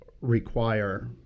require